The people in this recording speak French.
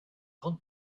grande